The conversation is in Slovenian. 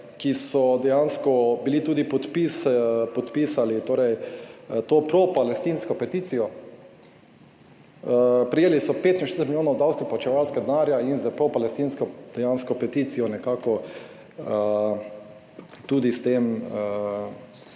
ki so dejansko bili tudi podpis podpisali, torej to propalestinsko peticijo. Prejeli so 65 milijonov davkoplačevalskega denarja in s propalestinsko dejansko peticijo nekako tudi s tem